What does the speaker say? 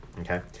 okay